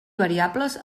variables